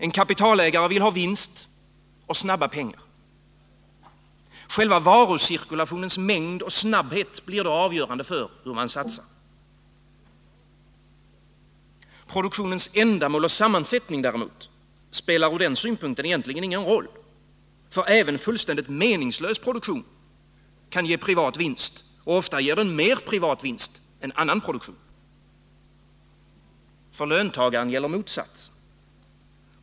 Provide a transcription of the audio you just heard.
En kapitalägare vill ha vinst och snabba pengar. Själva varucirkulationens mängd och snabbhet blir då avgörande för hur man satsar. Produktionens ändamål och sammansättning däremot spelar från den synpunkten egentligen ingen roll, för även fullständigt meningslös produktion kan ge privat vinst, ofta mer privat vinst än annan produktion. För löntagarna gäller motsatsen.